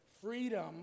freedom